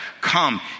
Come